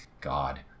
God